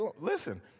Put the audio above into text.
Listen